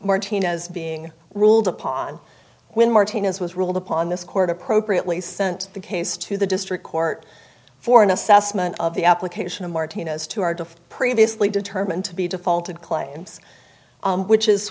martinez being ruled upon when martinez was ruled upon this court appropriately sent the case to the district court for an assessment of the application of martina's to our previously determined to be defaulted claims which is